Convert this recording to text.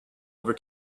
over